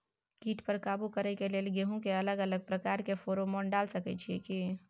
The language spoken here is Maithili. कीट पर काबू करे के लेल गेहूं के अलग अलग प्रकार के फेरोमोन डाल सकेत छी की?